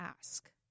ask